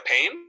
pain